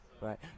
Right